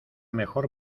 mejor